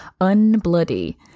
unbloody